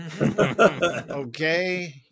Okay